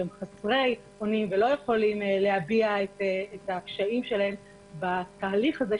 שהם חסרי אונים ולא יכולים להביע את הקשיים שלהם בתהליך הזה,